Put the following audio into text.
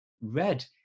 Red